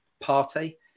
party